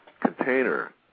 container